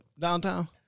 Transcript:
downtown